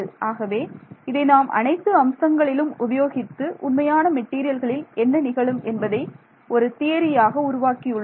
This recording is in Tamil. ஆகவே இதை நாம் அனைத்து அம்சங்களிலும் உபயோகித்து உண்மையான மெட்டீரியல்களில் என்ன நிகழும் என்பதை ஒரு தியரியாக உருவாக்கியுள்ளோம்